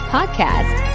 Podcast